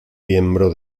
miembro